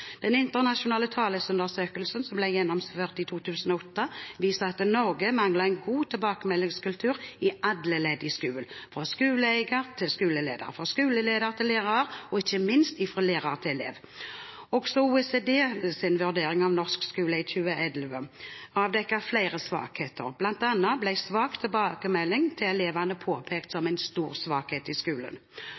Den internasjonale TALIS-undersøkelsen, som ble gjennomført i 2008, viser at Norge mangler en god tilbakemeldingskultur i alle ledd i skolen, fra skoleeier til skoleleder, fra skoleleder til lærer og ikke minst fra lærer til elev. Også OECDs vurdering av norsk skole i 2011 avdekket flere svakheter. Blant annet ble dårlig tilbakemelding til elevene påpekt som en stor svakhet i skolen.